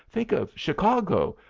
think of chicago.